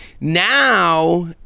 Now